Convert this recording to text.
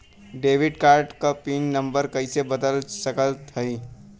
Debit card क pin number कइसे बदल सकत हई?